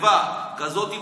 גנבה כזאת,